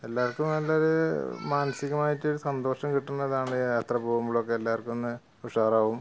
എല്ലാവര്ക്കും നല്ലൊരു മാനസികമായിട്ടൊര് സന്തോഷം കിട്ടുന്നതാണ് യാത്ര പോകുമ്പോളൊക്കെ എല്ലാവര്ക്കുമൊന്ന് ഉഷാറാകും